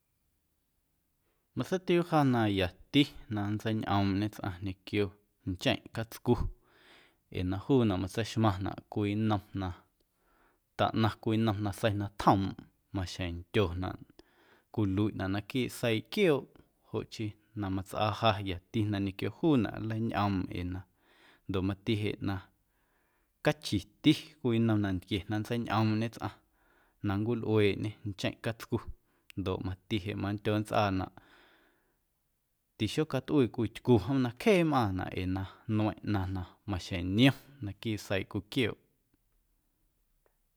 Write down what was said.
Matseitiuu ja na yati na nntseiñꞌoomꞌñe tsꞌaⁿ ñequio ncheⁿ catscu ee na juunaꞌ matseixmaⁿnaꞌ cwii nnom na taꞌnaⁿ cwii nnom nasei na tjoomꞌ maxjeⁿ ndyonaꞌ cwiluiꞌnaꞌ naquiiꞌ seiiꞌ quiooꞌ joꞌ chii na matsꞌaa ja yati na ñequio juunaꞌ nleiñꞌoomꞌ ee na ndoꞌ mati jeꞌ na cachiti cwii nnom nantquie na nntseiñꞌoomꞌñe tsꞌaⁿ na nncwilꞌueeꞌñê ncheⁿꞌ catscu ndoꞌ mati jeꞌ mandyo nntsꞌaanaꞌ tixocatꞌuii cwii tycu jom na cjee mꞌaaⁿnaꞌ ee na nmeiⁿꞌ ꞌnaⁿ na maxjeⁿ niom naquiiꞌ seiiꞌ cwii quiooꞌ.